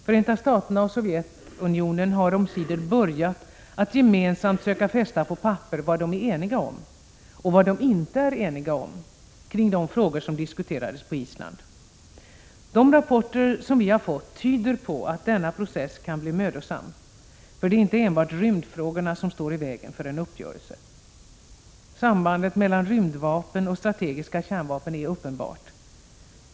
Förenta Staterna och Sovjetunionen har omsider börjat att gemensamt söka fästa på papper vad de är eniga om, och vad de inte är eniga om, kring de frågor som diskuterades på Island. De rapporter vi fått tyder på att denna process kan bli mödosam. Inte enbart rymdfrågorna står i vägen för en uppgörelse. Sambandet mellan rymdvapen och strategiska kärnvapen är uppenbart.